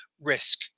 Risk